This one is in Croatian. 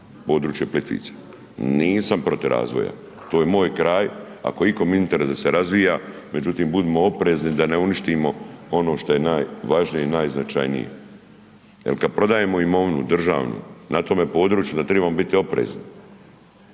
područje Plitvica. Nisam protiv razvoja, to je moj kraj, ako je ikome u interesu da se razvija, međutim budimo oprezni da ne uništimo ono što je najvažnije i najznačanije. Jer kad prodajemo imovinu državnu, na tome području onda trebamo biti oprezni.